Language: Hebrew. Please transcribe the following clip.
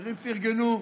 והחברים פרגנו.